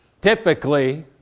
typically